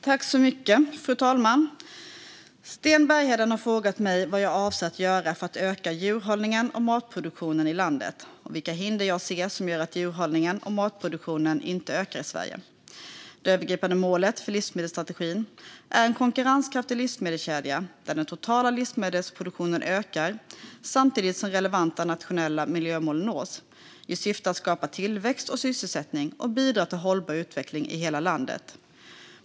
Fru talman! Sten Bergheden har frågat mig vad jag avser att göra för att öka djurhållningen och matproduktionen i landet och vilka hinder jag ser som gör att djurhållningen och matproduktionen inte ökar i Sverige. Det övergripande målet för livsmedelsstrategin är en konkurrenskraftig livsmedelskedja där den totala livsmedelsproduktionen ökar, samtidigt som relevanta nationella miljömål nås i syfte att skapa tillväxt och sysselsättning och bidra till hållbar utveckling i hela landet.